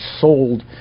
sold